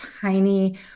tiny